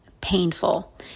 painful